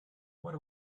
what